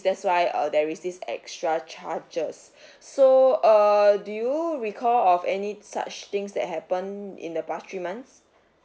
that's why uh there is this extra charges so err do you recall of any such things that happen in the past three months